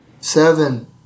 Seven